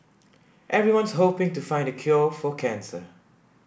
everyone's hoping to find the cure for cancer